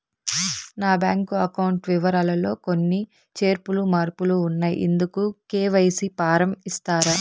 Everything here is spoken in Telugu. నా బ్యాంకు అకౌంట్ వివరాలు లో కొన్ని చేర్పులు మార్పులు ఉన్నాయి, ఇందుకు కె.వై.సి ఫారం ఇస్తారా?